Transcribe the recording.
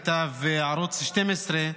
כתב ערוץ 12,